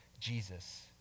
Jesus